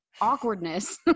awkwardness